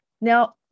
now